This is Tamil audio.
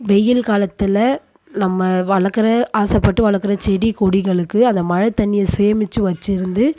வெயில் காலத்தில் நம்ம வளர்க்குற ஆசைப்பட்டு வளர்க்குற செடி கொடிகளுக்கு அதை மழை தண்ணியை சேமித்து வச்சுருந்து